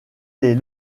les